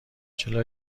چرا